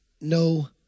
no